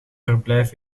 verblijf